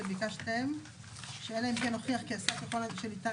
אתם ביקשתם שאלא אם כן הוכיח כי עשה ככל שניתן